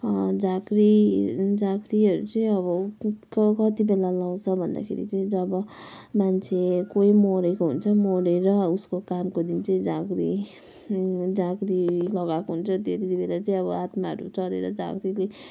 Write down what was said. झाँक्री झाँक्रीहरू चाहिँ अब कतिबेला लाउँछ भन्दाखेरि चाहिँ जब मान्छे कोही मरेको हुन्छ मरेर उसको कामको दिन चाहिँ झाँक्री झाँक्री लगाएको हुन्छ त्यतिबेला चाहिँ अब आत्माहरू चढेर झाँक्रीले